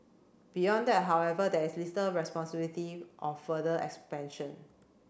beyond that however there is responsibility of further expansion